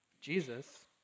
Jesus